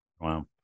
Wow